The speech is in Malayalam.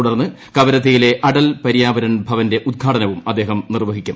തുടർന്ന് കവരത്തിയിലെ അടൽ പര്യാവരൺ ഭവന്റെ ഉദ്ഘാടനവും അദ്ദേഹം നിർവ്വഹിക്കും